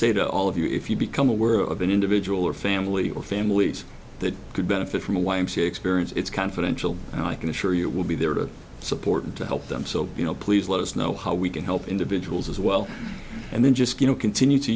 say to all of you if you become aware of an individual or family or families that could benefit from a y m c a experience it's confidential and i can assure you it will be there to support and to help them so you know please let us know how we can help individuals as well and then just you know continue to